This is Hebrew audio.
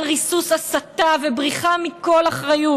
על ריסוס הסתה ובריחה מכל אחריות.